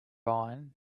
iron